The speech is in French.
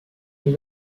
est